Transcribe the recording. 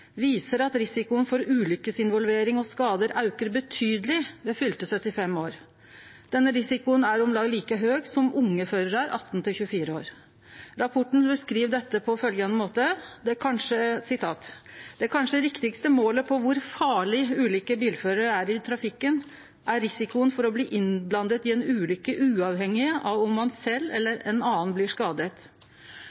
viser at risikoen for ulykkesinvolvering og skadar aukar betydeleg ved fylte 75 år. Denne risikoen er om lag like høg som hos unge førarar, 18–24 år. Rapporten beskriv dette på følgjande måte: «Det kanskje riktigste målet på hvor «farlig» ulike bilførere er i trafikken er risikoen for å bli innblandet i en ulykke uavhengig av om man selv